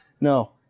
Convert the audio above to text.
No